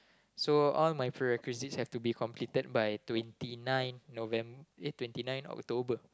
so all my prerequisites have to be completed by twenty nine November eh twenty nine October